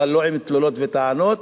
אבל לא עם תלונות ועם טענות,